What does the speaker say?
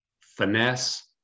finesse